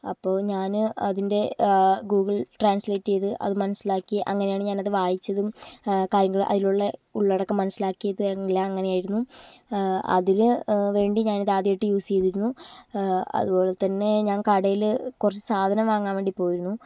അപ്പോൾ ഞാന് അതിൻ്റെ ഗൂഗിൾ ട്രാൻസ്ലേറ്റർ ചെയ്ത് അത് മനസ്സിലാക്കി അങ്ങനെയാണ് ഞാൻ അത് വായിച്ചതും കാര്യങ്ങളും അതിലുള്ള ഉള്ളടക്കം മനസിലാക്കിത് എല്ലാം അങ്ങനെ ആയിരുന്നു അതിനു വേണ്ടി ഞാൻ ഇത് ആത്യായിട്ട് യൂസ് ചെയ്തിരുന്നു അതുപോലെ തന്നെ ഞാൻ കടേല് കുറച്ചു സാധനം വാങ്ങാൻ വേണ്ടി പോയിരുന്നു